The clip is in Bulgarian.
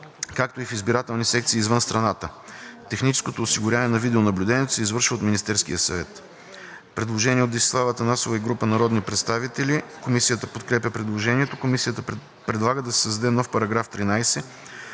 както и в избирателни секции извън страната; техническото осигуряване на видеонаблюдението се извършва от Министерския съвет.“ Предложение от Десислава Атанасова и група народни представители. Комисията подкрепя предложението. Комисията предлага да се създаде нов § 13: „§ 13.